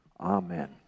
Amen